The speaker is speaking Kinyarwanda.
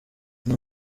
nta